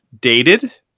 dated